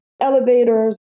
elevators